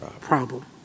problem